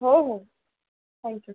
हो हो थॅंक्यू